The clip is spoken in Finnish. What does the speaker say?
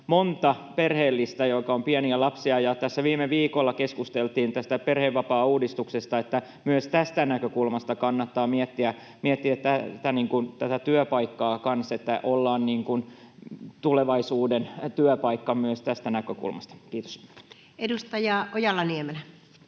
monta perheellistä, joilla on pieniä lapsia, ja kun viime viikolla keskusteltiin tästä perhevapaauudistuksesta, niin myös tästä näkökulmasta kannattaa miettiä tätä työpaikkaa, että ollaan tulevaisuuden työpaikka. — Kiitos. [Speech